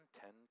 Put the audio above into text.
tend